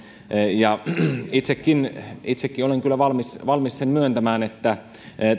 itsekin itsekin olen kyllä valmis valmis sen myöntämään että